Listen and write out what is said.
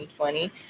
2020